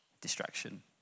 distraction